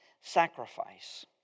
sacrifice